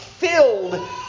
filled